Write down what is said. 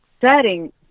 setting